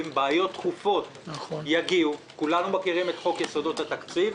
בעיות דחופות יגיעו כולנו מכירים את חוק יסודות התקציב,